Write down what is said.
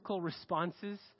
responses